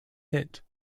hit